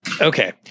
okay